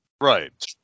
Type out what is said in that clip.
Right